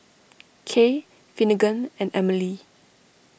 Kay Finnegan and Emile